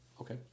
Okay